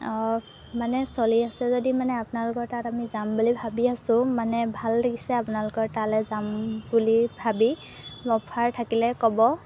মানে চলি আছে যদি মানে আপোনালোকৰ তাত আমি যাম বুলি ভাবি আছোঁ মানে ভাল লাগিছে আপোনালোকৰ তালৈ যাম বুলি ভাবি অফাৰ থাকিলে ক'ব